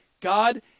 God